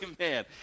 Amen